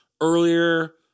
earlier